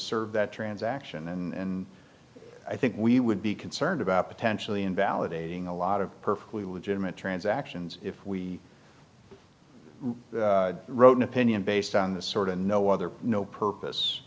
serve that transaction and i think we would be concerned about potentially invalidating a lot of perfectly legitimate transactions if we wrote an opinion based on the sort of no other no purpose